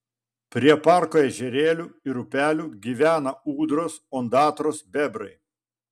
prie parko ežerėlių ir upelių gyvena ūdros ondatros bebrai